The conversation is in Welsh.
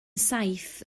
saith